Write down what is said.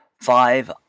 five